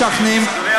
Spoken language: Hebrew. אדוני.